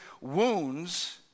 wounds